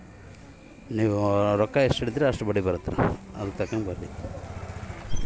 ಬ್ಯಾಂಕಿನಾಗ ಇಟ್ಟ ನನ್ನ ಡಿಪಾಸಿಟ್ ರೊಕ್ಕಕ್ಕ ಎಷ್ಟು ಬಡ್ಡಿ ಬರ್ತದ?